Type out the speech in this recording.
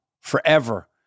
Forever